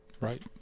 Right